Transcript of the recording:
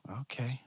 Okay